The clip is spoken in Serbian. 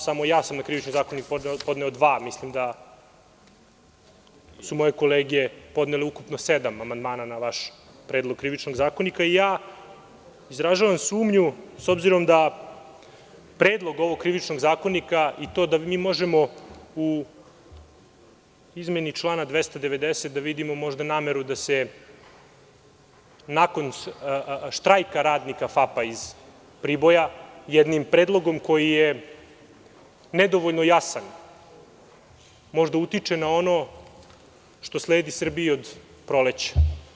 Samo ja sam na Krivični zakonik podneo dva, mislim da su moje kolege podneli ukupno sedam amandmana na vaš Predlog krivičnog zakonika i ja izražavam sumnju, s obzirom da Predlog ovog krivičnog zakonika i to da mi možemo u izmeni člana 290. da vidimo nameru da se nakon štrajka radnika FAP iz Priboja, jednim predlogom koji je nedovoljno jasan, možda utiče na ono što sledi Srbiji od proleća.